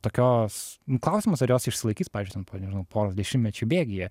tokios klausimas ar jos išsilaikys pavyzdžiui ten po nežinau poros dešimtmečių bėgyje